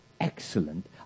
excellent